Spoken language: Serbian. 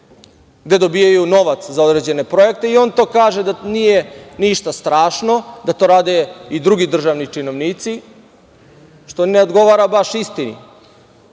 gde dobijaju novac za određene projekte i on kaže da to nije ništa strašno, da to rade i drugi državni činovnici, što ne odgovara baš istini.